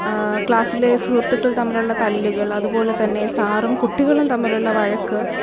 ക്ളാസ്സിലെ സുഹൃത്തുക്കൾ തമ്മിലുള്ള തല്ലുൾ അതുപോലെ തന്നെ സാറും കുട്ടികളും തമ്മിലുള്ള വഴക്ക്